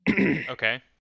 Okay